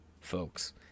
folks